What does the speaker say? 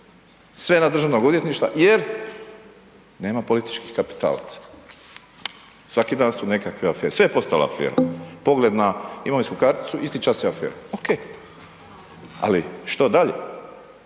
sve na državnog odvjetništva jer nema političkih kapitalaca. Svaki dan u nekakve afere, sve je postala afera, pogled na imovinsku karticu, isti čas je afera, ok, ali što dalje?